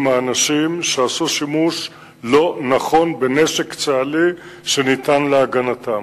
האנשים שעשו שימוש לא נכון בנשק צה"לי שניתן להגנתם.